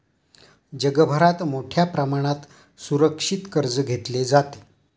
जगभरात मोठ्या प्रमाणात सुरक्षित कर्ज घेतले जाते